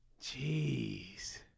Jeez